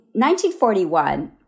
1941